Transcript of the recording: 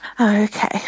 Okay